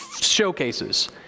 showcases